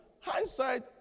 Hindsight